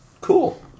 Cool